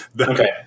Okay